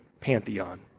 pantheon